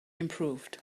improved